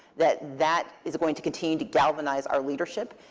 that that is going to continue to galvanize our leadership.